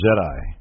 Jedi